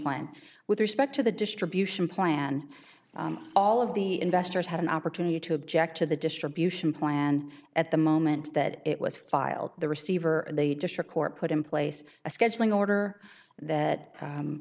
plan with respect to the distribution plan all of the investors had an opportunity to object to the distribution plan at the moment that it was filed the receiver the district court put in place a scheduling order that